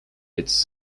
its